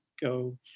go